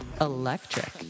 Electric